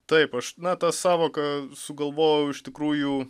taip aš na tą sąvoką sugalvojau iš tikrųjų